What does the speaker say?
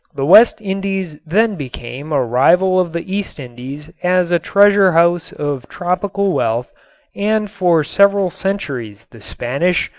the west indies then became a rival of the east indies as a treasure-house of tropical wealth and for several centuries the spanish,